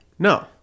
No